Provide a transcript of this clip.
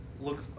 look